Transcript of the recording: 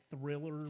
thriller